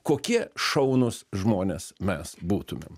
kokie šaunūs žmonės mes būtumėm